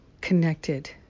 connected